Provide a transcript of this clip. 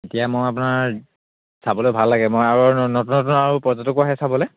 এতিয়া মই আপোনাৰ চাবলৈ ভাল লাগে মই আৰু নতুন নতুন আৰু পৰ্যটকও আহে চাবলৈ